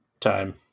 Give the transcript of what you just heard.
time